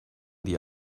die